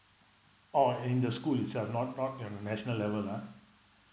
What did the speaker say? oh in the school itself not not in a national level ah